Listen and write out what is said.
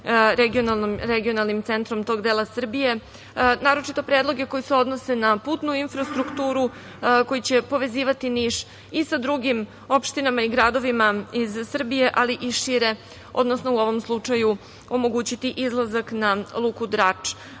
regionalnim centrom tog dela Srbije, naročito predloge koji se odnose na putnu infrastrukturu, koji će povezivati Niš i sa drugim opštinama i gradovima iz Srbije, ali i šire, odnosno u ovom slučaju omogućiti izlazak na luku Drač